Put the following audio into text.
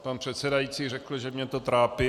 Pan předsedající řekl, že mě to trápí.